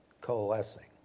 coalescing